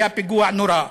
היה פיגוע נורא,